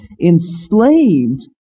enslaved